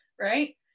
Right